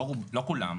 לא כולם,